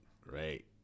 great